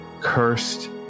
cursed